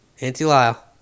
Anti-Lyle